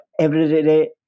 everyday